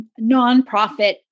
nonprofit